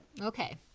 Okay